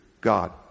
god